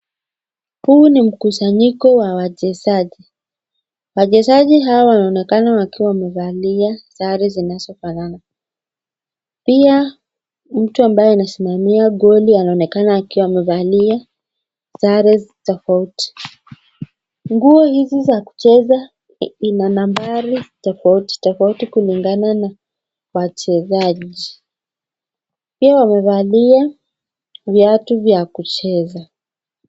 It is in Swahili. Huu ni mkusanyiko wa wachezaji wachezaji hawa wanaonekana wakiwa wamevalia sare zinazofanana pia mtu ambaye anasimamia goli anaonekana akiwa amevalia sare tofauti. Nguo hizi za kucheza ina nambari tofauti tofauti kulingana na wachezaji pia wamevalia viatu vya kucheza.